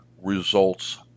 results